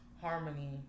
harmony